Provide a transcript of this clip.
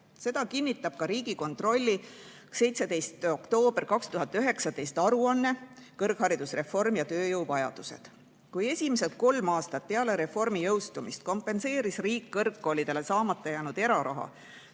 Seda kinnitab ka Riigikontrolli 17. oktoobri 2019. aasta aruanne "Kõrgharidusreform ja tööjõuvajadused". Kui esimesed kolm aastat peale reformi jõustumist kompenseeris riik kõrgkoolidele saamata jäänud eraraha,